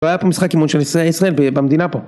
לא היה פה משחק אימון של ישראל במדינה פה